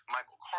Michael